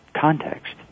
context